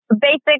basic